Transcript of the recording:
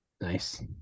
nice